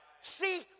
See